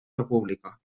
república